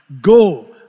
Go